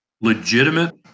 legitimate